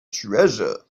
treasure